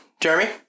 Jeremy